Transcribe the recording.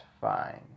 fine